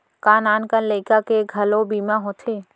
का नान कन लइका के घलो बीमा होथे?